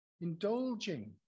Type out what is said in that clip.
Indulging